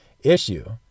issue